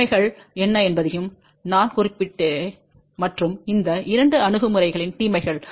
நன்மைகள் என்ன என்பதையும் நான் குறிப்பிட்டேன்மற்றும் இந்த இரண்டு அணுகுமுறைகளின் தீமைகள்